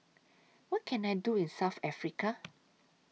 What Can I Do in South Africa